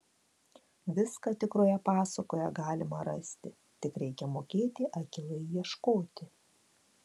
viską tikroje pasakoje galima rasti tik reikia mokėti akylai ieškoti